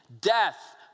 death